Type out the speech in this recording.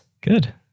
Good